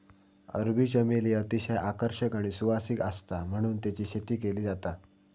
अरबी चमेली अतिशय आकर्षक आणि सुवासिक आसता म्हणून तेची शेती केली जाता